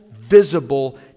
visible